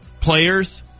players